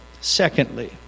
Secondly